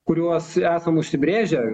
kuriuos esam užsibrėžę